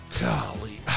Golly